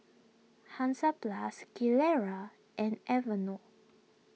Hansaplast Gilera and Aveeno